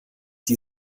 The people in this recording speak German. die